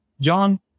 John